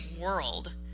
world